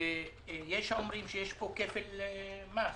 ויש האומרים שיש פה כפל מס.